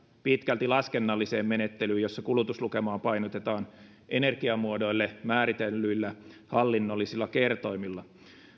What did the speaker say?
pitkälti laskennalliseen menettelyyn jossa kulutuslukemaa painotetaan energiamuodoille määritellyillä hallinnollisilla kertoimilla